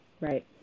right